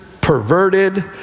perverted